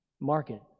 market